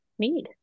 need